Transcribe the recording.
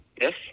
Yes